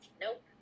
nope